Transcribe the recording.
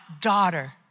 daughter